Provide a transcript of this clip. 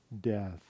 death